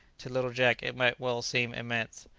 to little jack it might well seem immense.